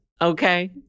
okay